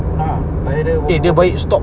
ah tayar dia wobble wobble